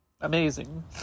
amazing